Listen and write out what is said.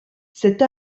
cette